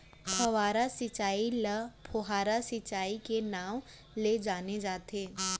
फव्हारा सिंचई ल फोहारा सिंचई के नाँव ले जाने जाथे